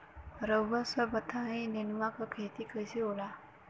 रउआ सभ बताई नेनुआ क खेती कईसे होखेला?